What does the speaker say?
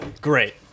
Great